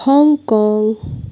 Hong Kong